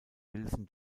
wilson